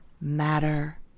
matter